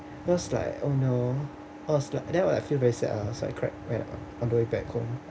cause like oh no I was like then I was like feel very sad ah so I cried on the way back home